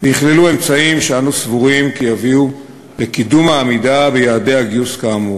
וייכללו אמצעים שאנו סבורים כי יביאו לקידום העמידה ביעדי הגיוס כאמור.